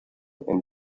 and